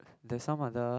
there's some other